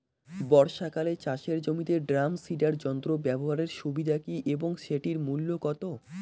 বর্ষাকালে চাষের জমিতে ড্রাম সিডার যন্ত্র ব্যবহারের সুবিধা কী এবং সেটির মূল্য কত?